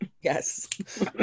Yes